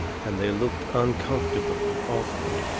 and they looked uncomfortable and awkward.